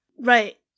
Right